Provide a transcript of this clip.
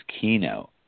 keynote